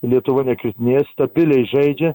lietuva nekritinėja stabiliai žaidžia